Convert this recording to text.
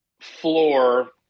floor